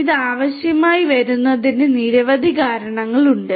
ഇത് ആവശ്യമായി വരുന്നതിന് നിരവധി കാരണങ്ങളുണ്ട്